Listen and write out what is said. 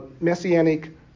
Messianic